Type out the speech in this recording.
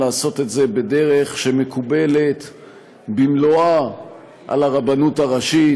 לעשות את זה בדרך שמקובלת במלואה על הרבנות הראשית,